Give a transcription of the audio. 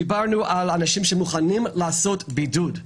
דיברנו על אנשים שמוכנים לעשות בידוד.